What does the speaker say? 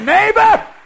Neighbor